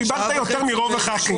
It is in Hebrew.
דיברת יותר מרוב חברי הכנסת.